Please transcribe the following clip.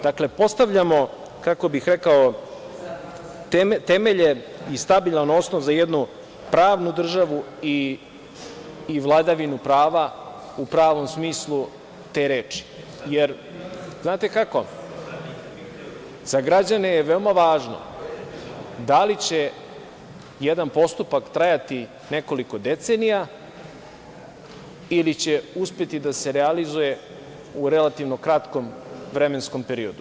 Dakle, postavljamo, kako bih rekao, temelje i stabilan osnov za jednu pravnu državu i vladavinu prava u pravom smislu te reči, jer, znate kako, za građane je veoma važno da li će jedna postupak trajati nekoliko decenija ili će uspeti da se realizuje u relativno kratkom vremenskom periodu.